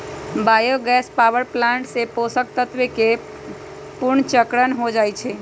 bio gas power plant से पोषक तत्वके पुनर्चक्रण हो जाइ छइ